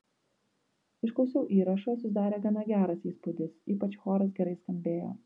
išklausiau įrašą susidarė gana geras įspūdis ypač choras gerai skambėjo